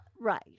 right